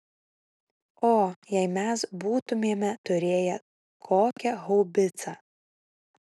o jei mes būtumėme turėję kokią haubicą